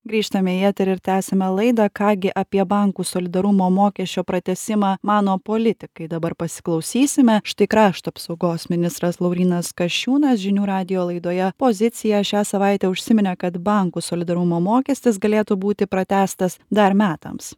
grįžtame į eterį ir tęsiame laidą ką gi apie bankų solidarumo mokesčio pratęsimą mano politikai dabar pasiklausysime štai krašto apsaugos ministras laurynas kasčiūnas žinių radijo laidoje pozicija šią savaitę užsiminė kad bankų solidarumo mokestis galėtų būti pratęstas dar metams